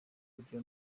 kurya